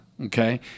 okay